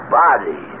body